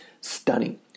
Stunning